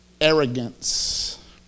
arrogance